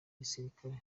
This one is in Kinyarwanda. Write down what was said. gisirikare